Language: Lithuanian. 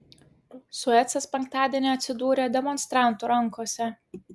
suecas penktadienį atsidūrė demonstrantų rankose